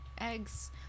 eggs